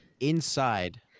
Inside